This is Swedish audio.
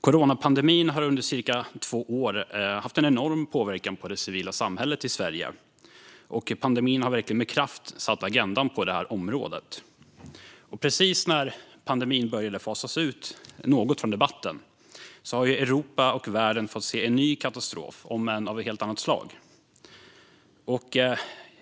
Coronapandemin har under cirka två år haft en enorm påverkan på det civila samhället i Sverige. Pandemin har verkligen med kraft satt agendan på området. Precis när pandemin började fasas ut något från debatten fick Europa och världen se en ny katastrof, om än av ett helt annat slag.